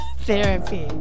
Therapy